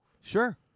Sure